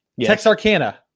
Texarkana